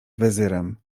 wezyrem